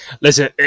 Listen